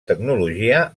tecnologia